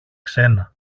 ξένα